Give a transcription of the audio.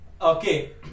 Okay